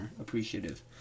appreciative